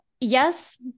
yes